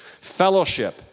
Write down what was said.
fellowship